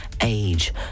age